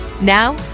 Now